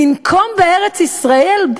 לנקום בארץ-ישראל?